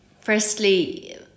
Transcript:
firstly